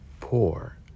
poor